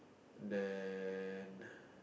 then